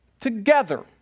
together